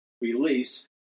release